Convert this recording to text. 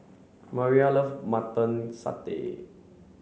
Mariyah love mutton Satay